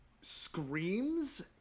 screams